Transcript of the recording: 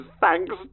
thanks